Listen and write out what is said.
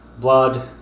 blood